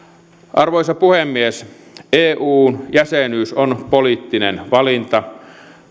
arvoisa puhemies eu jäsenyys on poliittinen valinta